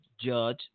judge